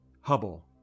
Hubble